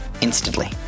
instantly